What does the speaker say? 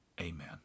Amen